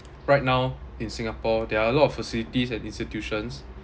right now in singapore there are a lot of facilities and institutions